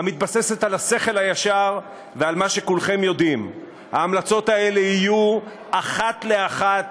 המתבססת על השכל הישר ועל מה שכולכם יודעים: ההמלצות האלה יהיו אחת לאחת